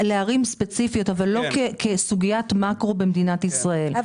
היו החלטות לערים ספציפיות אבל לא כסוגיית מאקרו במדינת ישראל,